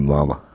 Mama